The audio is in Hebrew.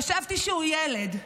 חשבתי שהוא ילד.